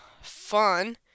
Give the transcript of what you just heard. fun